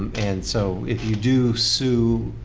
and so if you do sue